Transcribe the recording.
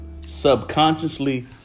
subconsciously